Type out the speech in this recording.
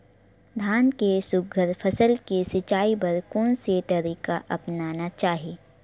धान के सुघ्घर फसल के सिचाई बर कोन से तरीका अपनाना चाहि?